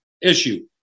issue